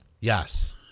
Yes